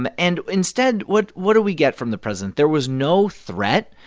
um and instead, what what do we get from the president? there was no threat,